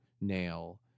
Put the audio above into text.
nail